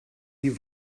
die